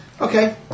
Okay